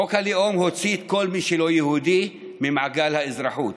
חוק הלאום הוציא את כל מי שלא יהודי ממעגל האזרחות,